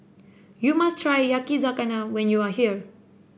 you must try Yakizakana when you are here